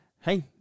hey